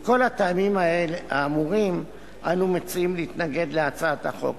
מכל הטעמים האמורים אנו מציעים להתנגד להצעת החוק.